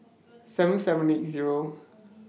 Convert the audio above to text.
seven seven eight Zero